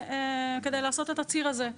כדי לעשות את הציר הזה.